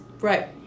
Right